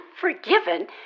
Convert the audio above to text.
forgiven